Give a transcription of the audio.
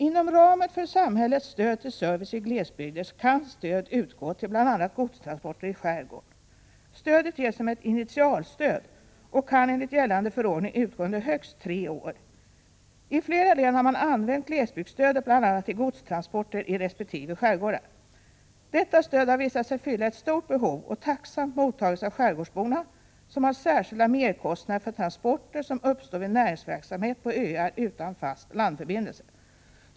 Inom ramen för samhällets stöd till service i glesbygder kan stöd utgå till bl.a. godstransporter i skärgården. Stödet ges som ett initialstöd och kan enligt gällande förordning utgå under högst tre år. I flera län har man använt glesbygdsstödet bl.a. till godstransporter i resp. skärgårdar. Detta stöd har visat sig fylla ett stort behov och har tacksamt mottagits av skärgårdsborna, som har särskilda merkostnader för transporter som uppstår vid näringsverksamhet på öar utan fast landförbindelse.